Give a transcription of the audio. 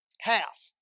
Half